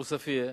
עוספיא,